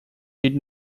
did